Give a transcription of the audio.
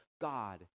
God